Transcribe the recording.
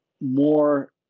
more